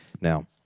Now